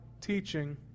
teaching